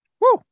Woo